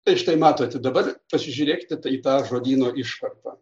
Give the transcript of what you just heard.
tai štai matote dabar pasižiūrėkite į tą žodyno iškarpą